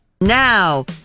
Now